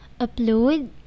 upload